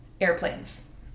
airplanes